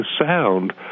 sound